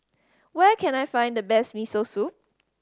where can I find the best Miso Soup